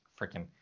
Freaking